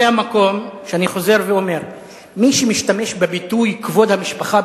זה המקום שאני חוזר ואומר שמי שמשתמש בביטוי "כבוד המשפחה"